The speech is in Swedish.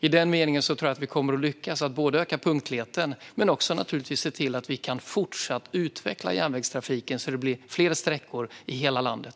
I den meningen tror jag att vi kommer att lyckas med att öka punktligheten men också se till att vi fortsatt kan utveckla järnvägstrafiken så att det blir fler sträckor i hela landet.